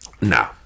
no